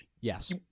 Yes